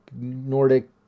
Nordic